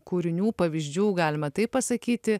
kūrinių pavyzdžių galima taip pasakyti